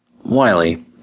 Wiley